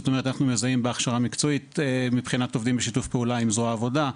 אנחנו עובדים בשיתוף פעולה עם זרוע העבודה,